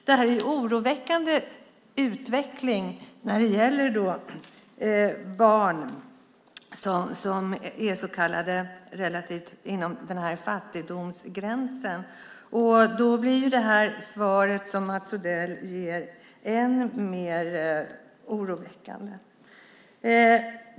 Det här är en oroväckande utveckling när det gäller barn inom den så kallade fattigdomsgränsen. Då blir ju det svar som Mats Odell ger än mer oroväckande.